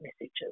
messages